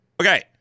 Okay